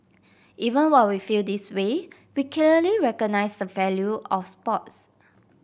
even while we feel this way we clearly recognise the value of sports